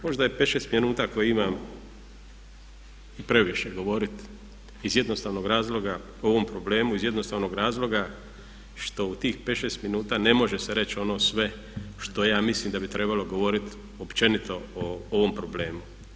Možda je 5, 6 minuta koje imam i previše govoriti iz jednostavnog razloga o ovom problemu, iz jednostavnog razloga što u tih 5, 6 minuta ne može se reći ono sve što ja mislim da bi trebalo govoriti općenito o ovom problemu.